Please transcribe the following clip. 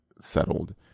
settled